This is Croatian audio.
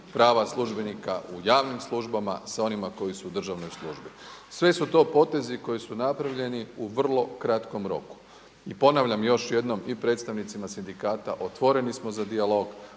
prava službenika u javnim službama sa onima koji su u državnoj službi. Sve su to potezi koji su napravljeni u vrlo kratkom roku. I ponavljam još jednom i predstavnicima sindikata, otvoreni smo za dijalog,